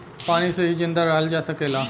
पानी से ही जिंदा रहल जा सकेला